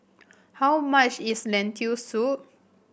how much is Lentil Soup